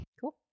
Cool